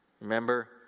Remember